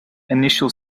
initial